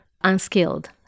unskilled